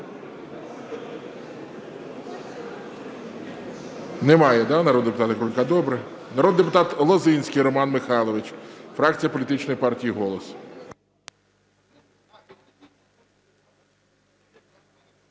Немає народного депутата Крулька? Добре. Народний депутат Лозинський Роман Михайлович, фракція політичної партії "Голос".